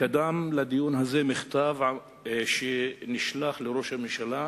קדם לדיון הזה מכתב שנשלח לראש הממשלה,